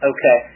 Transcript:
Okay